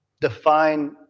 define